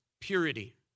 purity